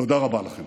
תודה רבה לכם.